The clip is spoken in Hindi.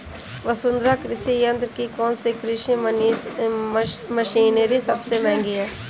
वसुंधरा कृषि यंत्र की कौनसी कृषि मशीनरी सबसे महंगी है?